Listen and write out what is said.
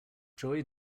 joy